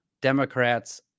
Democrats